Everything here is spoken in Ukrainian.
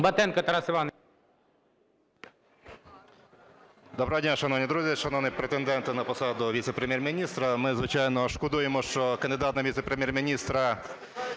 Доброго дня, шановні друзі. Шановний претенденте на посаду віце-прем'єр-міністра, ми, звичайно, шкодуємо, що кандидат на віце-прем'єр-міністра